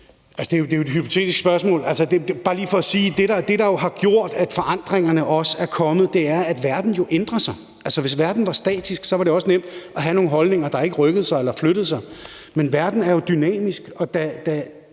Det er bare lige for at sige, at det, der har gjort, at forandringerne er kommet, jo er, at verden ændrer sig. Hvis verden var statisk, var det nemt at have nogle holdninger, der ikke rykkede sig eller flyttede sig, men verden er jo dynamisk.